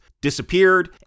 disappeared